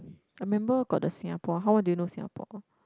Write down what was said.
I remember got the Singapore how well do you know Singapore